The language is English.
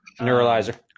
Neuralizer